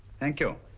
thank you.